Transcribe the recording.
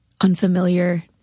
unfamiliar